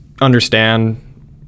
understand